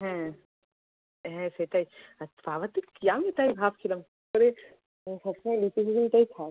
হ্যাঁ হ্যাঁ সেটাই আর বাবা তুই কী আমি তাই ভাবছিলাম কী করে সব সময় লুচি ঘুগনিটাই খাস